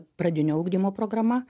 pradinio ugdymo programa